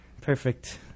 Perfect